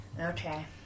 Okay